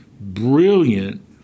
brilliant